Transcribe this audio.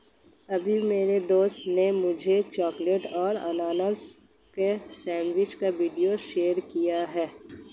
अभी मेरी दोस्त ने मुझे चॉकलेट और अनानास की सेंडविच का वीडियो शेयर किया है